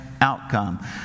outcome